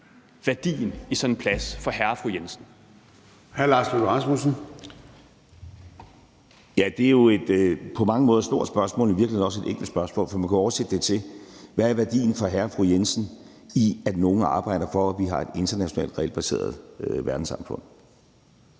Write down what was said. (Søren Gade): Hr. Lars Løkke Rasmussen. Kl. 14:31 Lars Løkke Rasmussen (M): Det er jo et på mange måder stort spørgsmål. Det er i virkeligheden også et enkelt spørgsmål. For man kan oversætte det til: Hvad er værdien for hr. og fru Jensen i, at nogle arbejder for, at vi har et internationalt regelbaseret verdenssamfund,